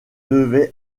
devait